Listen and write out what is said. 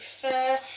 prefer